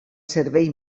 servei